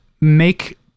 make